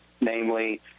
namely